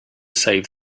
save